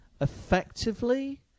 effectively